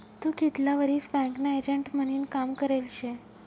तू कितला वरीस बँकना एजंट म्हनीन काम करेल शे?